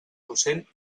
docent